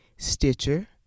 Stitcher